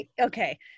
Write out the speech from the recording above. okay